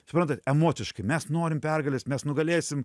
suprantat emociškai mes norim pergalės mes nugalėsim